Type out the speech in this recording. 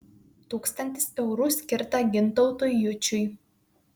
tūkstantis eurų skirta gintautui jučiui